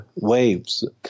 waves